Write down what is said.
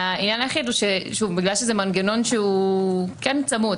העניין היחיד הוא שבגלל שזה מנגנון הוא כן צמוד,